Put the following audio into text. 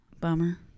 Bummer